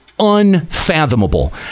Unfathomable